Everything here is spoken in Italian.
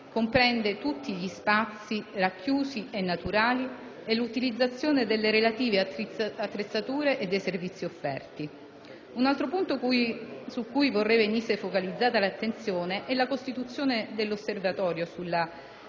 comprende tutti gli spazi racchiusi e naturali e l'utilizzazione delle relative attrezzature e dei servizi offerti. Un altro punto su cui vorrei venisse focalizzata l'attenzione è la costituzione dell'Osservatorio nazionale